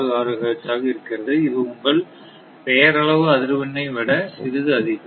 066 hertz ஆக இருக்கிறது இது உங்கள் பெயர் அளவு அதிர்வெண்ணெ விட சிறிது அதிகம்